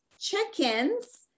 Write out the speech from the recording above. check-ins